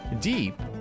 deep